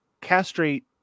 castrate